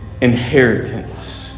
inheritance